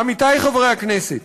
עמיתי חברי הכנסת,